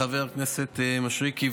חבר הכנסת מישרקי,